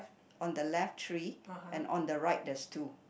on the left tree and on the right there's two